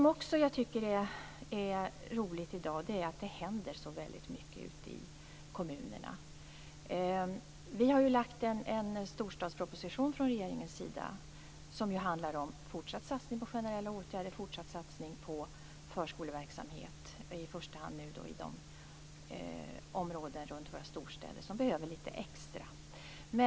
Vidare är det i dag roligt att det händer så mycket ute i kommunerna. Regeringen har ju lagt fram en storstadsproposition som handlar om en fortsatt satsning på generella åtgärder och på förskoleverksamhet, i första hand i de områden runt våra storstäder där det behövs litet extra.